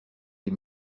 les